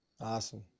Awesome